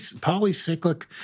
polycyclic